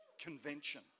convention